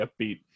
upbeat